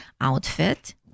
outfit